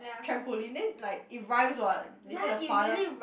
trampoline then it's like rhymes what later the father